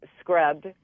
scrubbed